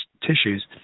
tissues